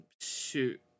Shoot